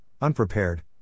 unprepared